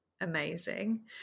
amazing